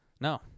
No